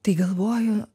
tai galvoju